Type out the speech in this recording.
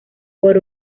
por